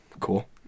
cool